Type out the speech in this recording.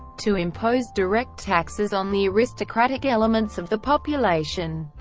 to impose direct taxes on the aristocratic elements of the population.